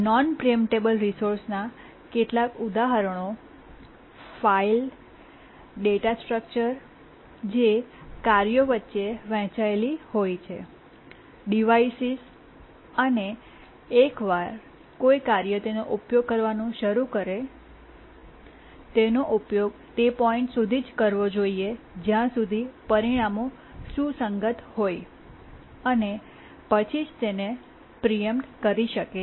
non preemptable resource નાં કેટલાક ઉદાહરણો ફાઇલ ડેટા સ્ટ્રક્ચર જે કાર્યો વચ્ચે વહેંચાયેલી હોય છે ડિવાઇસીસ અને એકવાર કોઈ કાર્ય તેનો ઉપયોગ કરવાનું શરૂ કરે તેનો ઉપયોગ તે પોઇન્ટ સુધી કરવો જ જોઇએ જ્યાં સુધી પરિણામો સુસંગત હોય અને પછી જ તેને પ્રીએમ્પ્ટ કરી શકે છે